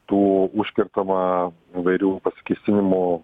tų užkertama įvairių pasikėsinimų